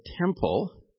temple